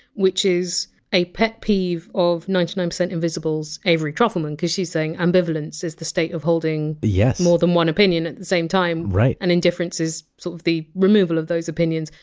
which is a pet peeve of ninety nine percent invisible's avery trufelman, because she's saying ambivalence is the state of holding yeah more than one opinion at the same time, and indifference is sort of the removal of those opinions.